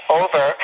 over